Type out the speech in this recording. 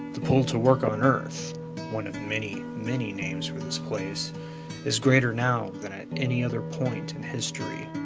the pull to work on earth one of many, many names for this place is greater now than at any other point in history.